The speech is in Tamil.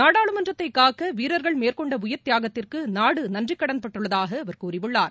நாடாளுமன்றத்தை காக்க வீரர்கள் மேற்கொண்ட உயிர்த்தியாகத்திற்கு நாடு நன்றிக்கடன் பட்டுள்ளதாக அவர் கூறியுள்ளார்